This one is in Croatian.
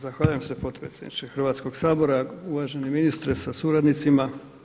Zahvaljujem se potpredsjedniče Hrvatskoga sabora, uvaženi ministre sa suradnicima.